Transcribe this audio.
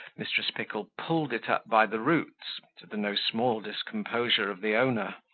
mrs. pickle pulled it up by the roots, to the no small discomposure of the owner,